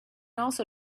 also